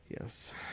Yes